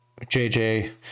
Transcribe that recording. JJ